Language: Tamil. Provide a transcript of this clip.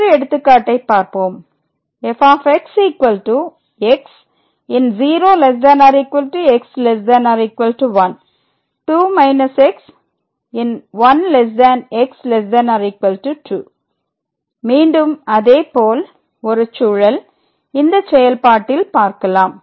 மற்றொரு எடுத்துக்காட்டைப் பார்ப்போம் fxx 0x1 2 x 1x2 மீண்டும் அதேபோல் ஒரு சூழல் இந்த செயல்பாட்டில் பார்க்கலாம்